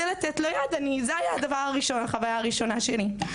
זו הייתה החוויה הראשונה שלי.